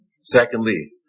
Secondly